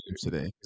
today